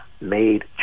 made